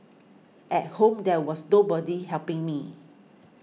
at home there was nobody helping me